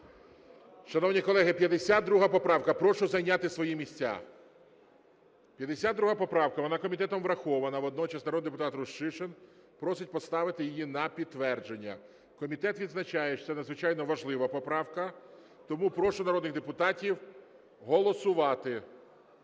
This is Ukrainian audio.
Шановні колеги, 52 поправка. Прошу зайняти свої місця. 52 поправка, вона комітетом врахована. Водночас народний депутат Рущишин просить поставити її на підтвердження. Комітет відзначає, що це надзвичайно важлива поправка. Тому прошу народних депутатів голосувати.